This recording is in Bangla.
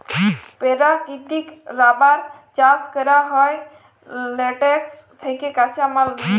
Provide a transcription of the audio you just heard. পেরাকিতিক রাবার চাষ ক্যরা হ্যয় ল্যাটেক্স থ্যাকে কাঁচা মাল লিয়ে